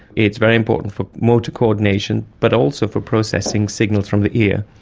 it's very important for motor coordination but also for processing signals from the ear.